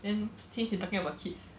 then since you talking about kids